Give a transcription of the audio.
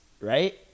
Right